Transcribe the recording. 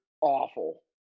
awful